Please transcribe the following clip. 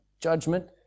judgment